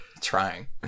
Trying